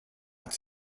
hat